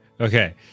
Okay